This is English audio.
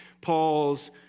Paul's